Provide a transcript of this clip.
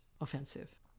offensive